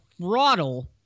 throttle